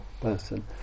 person